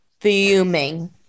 fuming